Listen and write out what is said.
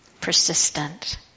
Persistent